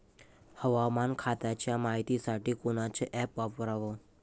हवामान खात्याच्या मायतीसाठी कोनचं ॲप वापराव?